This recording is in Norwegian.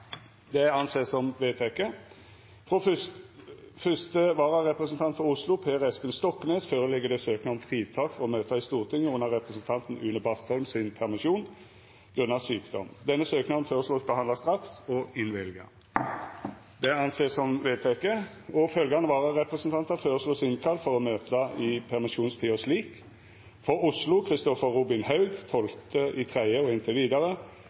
det som vedteke. Frå første vararepresentant for Oslo, Per Espen Stoknes , ligg det føre søknad om å verta friteken frå å møta på Stortinget under representanten Une Bastholms permisjon, på grunn av sjukdom. Etter forslag frå presidenten vart samrøystes vedteke: Søknaden vert behandla straks og innvilga. Følgjande vararepresentantar vert innkalla for å møte i permisjonstida slik: For Oslo: Kristoffer Robin Haug frå og med 12. mars og inntil